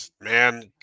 Man